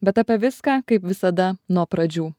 bet apie viską kaip visada nuo pradžių